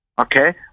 okay